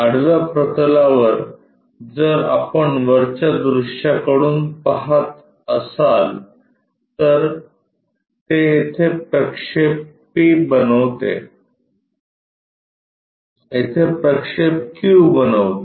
आडव्या प्रतलावर जर आपण वरच्या दृश्याकडून पहात असाल तर ते येथे प्रक्षेप p बनवते आणि येथे प्रक्षेप q बनविते